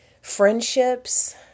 Friendships